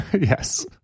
yes